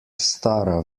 stara